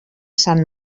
sant